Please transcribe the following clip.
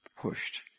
pushed